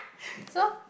so